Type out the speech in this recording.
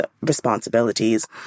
responsibilities